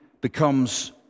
becomes